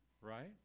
Right